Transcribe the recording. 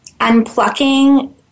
unplucking